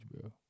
bro